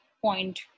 point